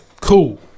cool